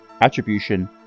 Attribution